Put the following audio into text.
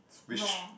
which